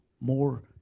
more